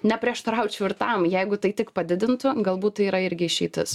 neprieštaraučiau ir tam jeigu tai tik padidintų galbūt tai yra irgi išeitis